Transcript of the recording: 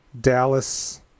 Dallas